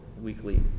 weekly